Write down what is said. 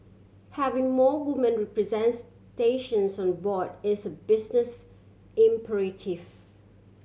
having more woman representations on board is a business imperative